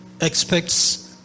expects